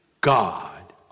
God